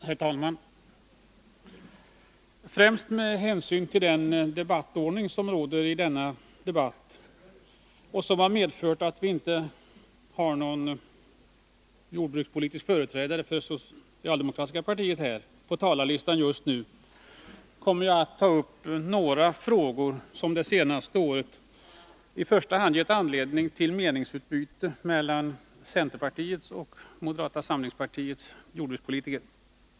Herr talman! Främst med hänsyn till den debattordning som gäller för denna debatt, och som har medfört att vi inte har någon jordbrukspolitisk företrädare för socialdemokraterna på talarlistan just nu, kommer jag att ta upp några frågor som det senaste året i första hand gett anledning till meningsutbyten mellan centerpartiets och moderaternas jordbrukspolitiker.